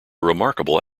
remarkable